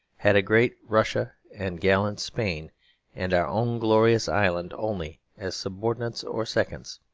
had great russia and gallant spain and our own glorious island only as subordinates or seconds.